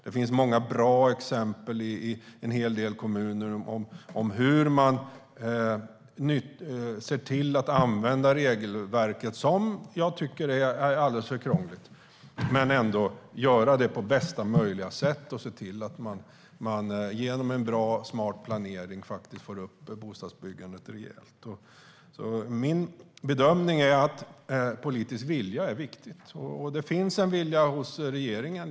Det finns många bra exempel i en hel del kommuner på att man ser till att använda regelverket, som jag tycker är alldeles för krångligt, på bästa möjliga sätt. Man ser till att man genom en bra och smart planering faktiskt får upp bostadsbyggandet rejält. Min bedömning är att det är viktigt med politisk vilja. Det finns en vilja hos regeringen.